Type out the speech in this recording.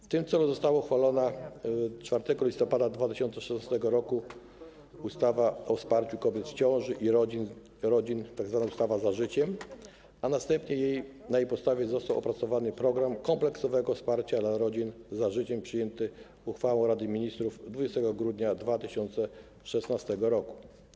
W tym celu została uchwalona 4 listopada 2016 r. ustawa o wsparciu kobiet w ciąży i rodzin, tzw. ustawa za życiem, a następnie na jej podstawie został opracowany „Program kompleksowego wsparcia dla rodzin 'Za życiem'” przyjęty uchwałą Rady Ministrów 20 grudnia 2016 r.